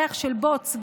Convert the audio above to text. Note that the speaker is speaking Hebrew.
ריח של בוץ,